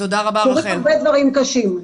קורים הרבה דברים קשים.